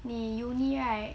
你 uni right